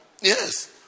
Yes